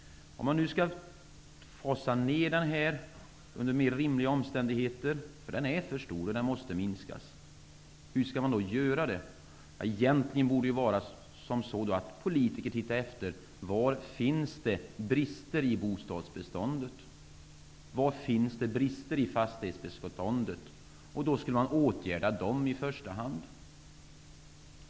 Hur skall vi göra för att fasa ned byggsektorn till rimligare omfattning? Den är för stor och måste minskas. Egentligen borde politiker titta efter var i bostadsbeståndet det finns brister. Var finns det brister i fastighetsbeståndet? Vi skulle åtgärda dem i första hand.